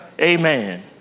Amen